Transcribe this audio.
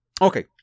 Okay